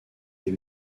des